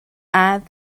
add